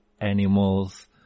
animals